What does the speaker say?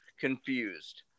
confused